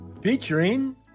featuring